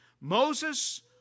Moses